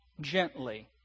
gently